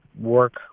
work